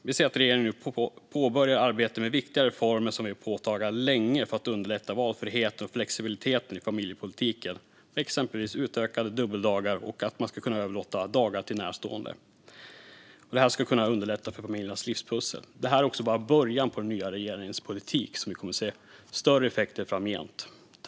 Vi ser att regeringen nu påbörjar arbetet med viktiga reformer som vi har pekat på länge för att underlätta för valfrihet och flexibilitet i familjepolitiken, exempelvis utökade dubbeldagar och att man ska kunna överlåta dagar till närstående. Det ska underlätta för familjernas livspussel. Det här är bara början på den nya regeringens politik. Vi kommer att se större effekter framgent.